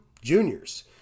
juniors